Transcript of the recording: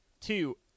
two